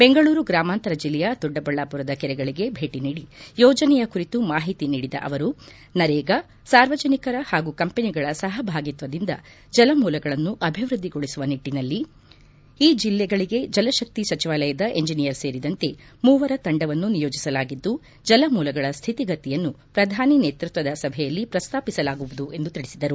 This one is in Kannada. ಬೆಂಗಳೂರು ಗ್ರಾಮಾಂತರ ಜಿಲ್ಲೆಯ ದೊಡ್ಡಬಳ್ಳಾಪುರದ ಕೆರೆಗಳಿಗೆ ಭೇಟಿ ನೀಡಿ ಯೋಜನೆಯ ಕುರಿತು ಮಾಹಿತಿ ನೀಡಿದ ಅವರು ನರೇಗಾ ಸಾರ್ವಜನಿಕರ ಹಾಗೂ ಕಂಪನಿಗಳ ಸಹಭಾಗಿತ್ವದಿಂದ ಜಲಮೂಲಗಳನ್ನು ಅಭಿವೃದ್ದಿಗೊಳಿಸುವ ನಿಟ್ಟನಲ್ಲಿ ಈ ಜಿಲ್ಲೆಗಳಿಗೆ ಜಲತಕ್ತಿ ಸಚಿವಾಲಯದ ಎಂಜಿನಿಯರ್ ಸೇರಿದಂತೆ ಮೂವರ ತಂಡವನ್ನು ನಿಯೋಜಿಸಲಾಗಿದ್ದು ಜಲಮೂಲಗಳ ಸ್ಥಿತಿಗತಿಯನ್ನು ಪ್ರಧಾನಿ ನೇತೃತ್ವದ ಸಭೆಯಲ್ಲಿ ಪ್ರಸ್ತಾಪಿಸಲಾಗುವುದು ಎಂದು ತಿಳಿಸಿದರು